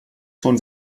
schon